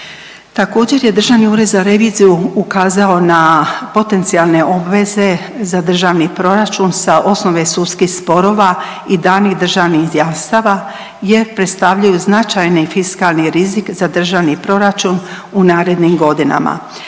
Također je Državni ured za reviziju ukazao na potencijalne obveze za državni proračun sa osnove sudskih sporova i danih državnih jamstava jer predstavljaju značajni fiskalni rizik za državni proračun u narednim godinama.